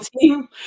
team